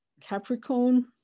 Capricorn